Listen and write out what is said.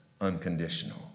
unconditional